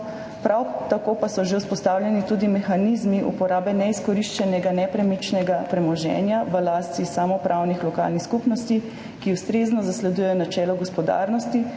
Prav tako pa so že vzpostavljeni tudi mehanizmi uporabe neizkoriščenega nepremičnega premoženja v lasti samoupravnih lokalnih skupnosti, ki ustrezno zasledujejo načelo gospodarnosti